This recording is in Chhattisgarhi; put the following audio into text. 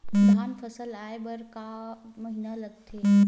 धान फसल आय बर कय महिना लगथे?